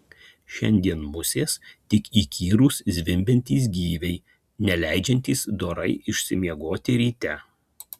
šiandien musės tik įkyrūs zvimbiantys gyviai neleidžiantys dorai išsimiegoti ryte